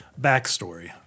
backstory